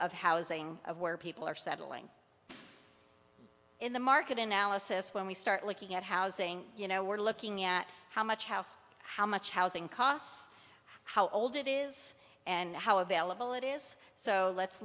of housing where people are settling in the market analysis when we start looking at housing you know we're looking at how much house how much housing costs how old it is and how available it is so let's